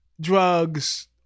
Drugs